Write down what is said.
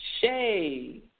Shay